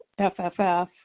FFF